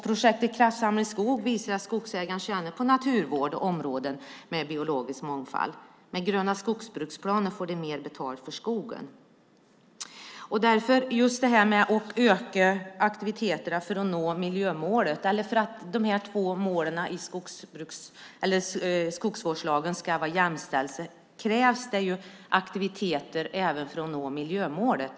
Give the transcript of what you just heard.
Projektet Kraftsamling skog visar att skogsägaren tjänar på naturvård och områden med biologisk mångfald. Med gröna skogsbruksplaner får de mer betalt för skogen. Det handlar om att öka aktiviteterna för att nå miljömålet. För att de två målen i skogsvårdslagen ska vara jämställda krävs det aktiviteter även för att nå miljömålet.